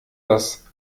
das